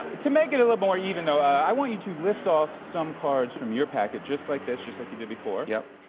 to make it a little bit more even, though, i want you to lift off some cards from your packet just like this, just like you did before. yep.